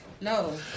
no